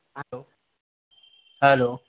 hello hello